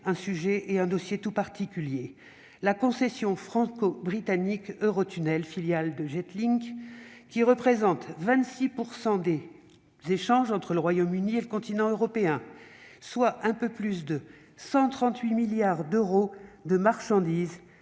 d'aborder un dossier tout particulier : la concession franco-britannique Eurotunnel, filiale de Getlink, qui assure 26 % des échanges entre le Royaume-Uni et le continent européen, soit un peu plus de 138 milliards d'euros de marchandises